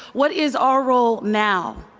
what is our role now?